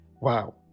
Wow